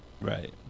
Right